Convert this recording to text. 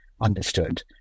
understood